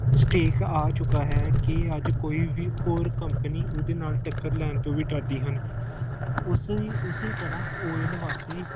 stake ਆ ਚੁੱਕਾ ਹੈ ਕਿ ਅੱਜ ਕੋਈ ਵੀ ਹੋਰ ਕੰਪਨੀ ਉਹਦੇ ਨਾਲ ਟੱਕਰ ਲੈਣ ਤੋਂ ਵੀ ਡਰਦੀ ਹਨ ਉਸੀ ਉਸੇ ਤਰ੍ਹਾਂ ਆਇਲ ਵਾਧੇ